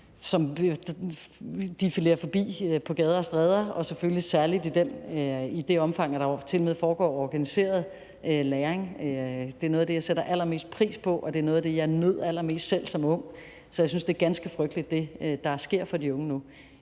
defilere forbi på gader og stræder, og selvfølgelig særligt i det omfang, at der tilmed foregår organiseret læring. Det er noget af det, jeg sætter allermest pris på, og det er noget af det, jeg selv som ung nød allermest. Så jeg synes, det er ganske frygteligt, hvad der sker for de unge nu.